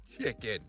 chicken